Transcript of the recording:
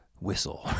Whistle